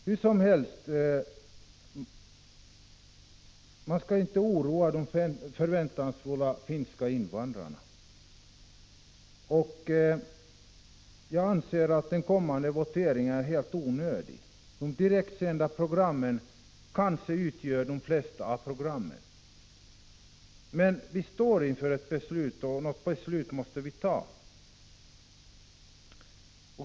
Hur som helst skall man inte oroa de förväntansfulla finska invandrarna. Jag anser att den kommande voteringen är helt onödig. De direktsända programmen kanske utgör de flesta programmen, men vi står inför ett beslut och ett beslut måste vi ta.